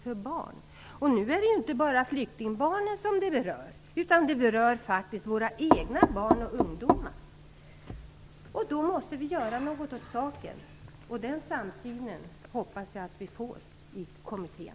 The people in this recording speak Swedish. Nu berör ju detta inte bara flyktingbarnen. Det berör faktiskt våra egna barn och ungdomar. Då måste vi göra något åt saken. Den samsynen hoppas jag att vi får i kommittén.